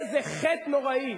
איזה חטא נוראי,